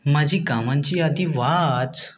माझी कामांची यादी वाच